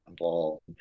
involved